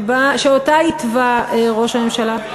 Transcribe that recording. שאותה התווה ראש הממשלה,